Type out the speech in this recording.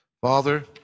Father